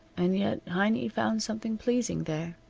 and yet heiny found something pleasing there.